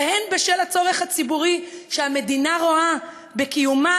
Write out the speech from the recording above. והן בגלל הצורך הציבורי שהמדינה רואה בקיומה